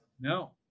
no